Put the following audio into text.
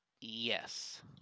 Yes